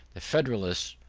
the federalists,